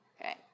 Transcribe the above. Okay